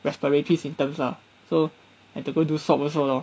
respiratory symptoms lah so had to go do swab also lor